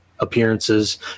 Appearances